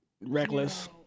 reckless